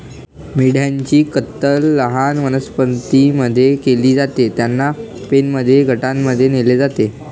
मेंढ्यांची कत्तल लहान वनस्पतीं मध्ये केली जाते, त्यांना पेनमध्ये गटांमध्ये नेले जाते